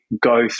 go